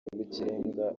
rw’ikirenga